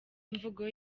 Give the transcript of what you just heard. imvugo